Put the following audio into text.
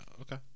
okay